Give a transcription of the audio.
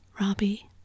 Robbie